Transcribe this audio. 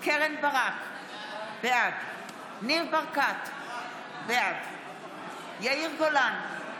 קרן ברק, בעד ניר ברקת, בעד יאיר גולן,